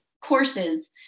courses